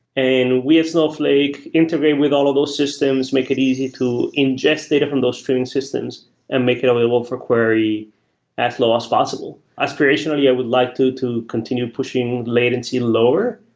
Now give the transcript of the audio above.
and we at snowflake integrate with all of those systems, make it easy to ingest data from those streaming systems and make it available for query as low as possible. aspirationally, i would like to to continue pushing latency lower,